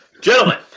gentlemen